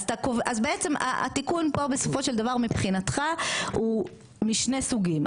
אז בעצם התיקון פה בסופו של דבר מבחינתך הוא משני סוגים,